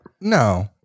No